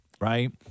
right